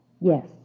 Yes